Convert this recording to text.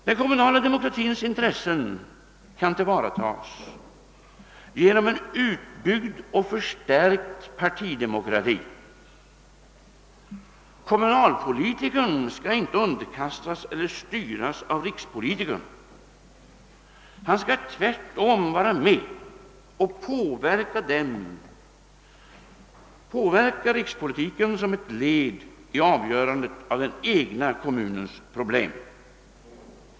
Den kommunala demokratins intressen kan tillvaratas genom en utbyggd och förstärkt partidemokrati. Kommunalpolitikern kan inte underkastas eller styras av rikspolitikern; han skall tvärtom vara med och påverka rikspolitiken såsom ett led i avgörandet av den egna kommunens problem.